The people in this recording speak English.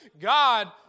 God